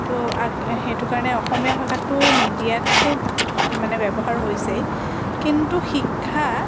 তো সেইটো কাৰণে অসমীয়া ভাষাটো মিডিয়াততো মানে ব্যৱহাৰ হৈছেই কিন্তু শিক্ষা